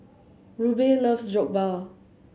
Rube loves Jokbal